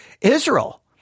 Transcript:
Israel